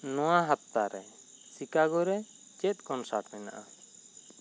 ᱱᱚᱣᱟ ᱦᱟᱯᱛᱟ ᱨᱮ ᱥᱤᱠᱟᱜᱳ ᱨᱮ ᱪᱮᱫ ᱠᱚᱱᱥᱟᱴ ᱢᱮᱱᱟᱜᱼᱟ